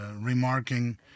remarking